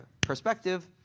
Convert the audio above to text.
perspective